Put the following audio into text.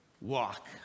walk